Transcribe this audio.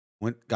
Went